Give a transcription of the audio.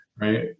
right